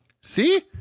See